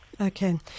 Okay